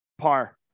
Par